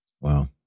Wow